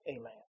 Amen